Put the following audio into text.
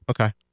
Okay